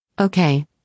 Okay